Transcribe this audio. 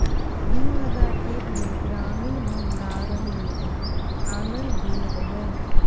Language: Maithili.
दु हजार एक मे ग्रामीण भंडारण योजना आनल गेल रहय